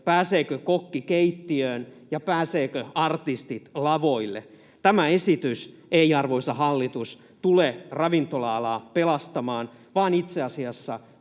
pääseekö kokki keittiöön ja pääsevätkö artistit lavoille. Tämä esitys ei, arvoisa hallitus, tule ravintola-alaa pelastamaan, vaan itse asiassa